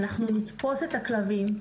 אנחנו נתפוס את הכלבים,